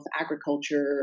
agriculture